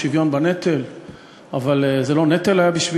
אבל אנחנו כן רוצים,